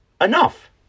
enough